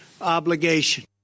obligation